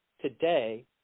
today